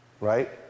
right